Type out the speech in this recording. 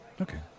Okay